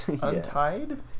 Untied